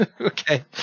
Okay